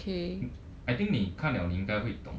I think 你看 liao 你应该会懂